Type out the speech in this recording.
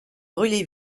brûlé